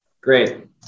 Great